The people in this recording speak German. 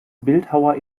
bildhauer